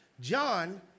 John